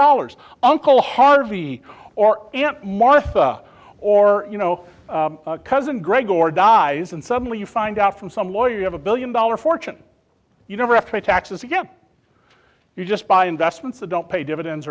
dollars uncle harvey or aunt martha or you know cousin greg or dies and suddenly you find out from some lawyer you have a billion dollar fortune you never after taxes again you just buy investments that don't pay dividends